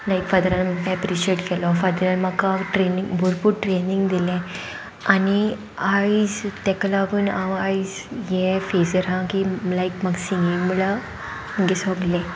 लायक फादरान म्हाका ऍप्रिशिएट केलों फादरान म्हाका ट्रेनींग भरपूर ट्रेनींग दिलें आनी आयज तेका लागून हांव आयज हें फेझीर आहां की लायक म्हाका सिंगींग मुण्ल्या मुगे सोगलें